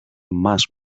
más